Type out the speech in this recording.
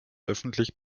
öffentlich